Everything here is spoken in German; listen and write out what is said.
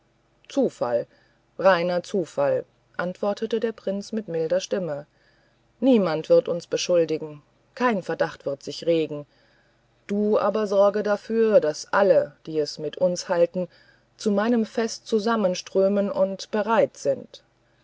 zufall reiner zufall antwortete der prinz mit milder stimme niemand wird uns beschuldigen kein verdacht wird sich regen du aber sorge dafür daß alle die es mit uns halten zu meinem fest zusammenströmen und bereit sind